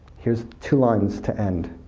here's two lines to end